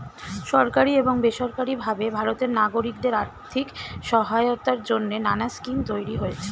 সরকারি এবং বেসরকারি ভাবে ভারতের নাগরিকদের আর্থিক সহায়তার জন্যে নানা স্কিম তৈরি হয়েছে